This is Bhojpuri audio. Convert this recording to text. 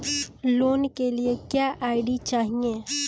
लोन के लिए क्या आई.डी चाही?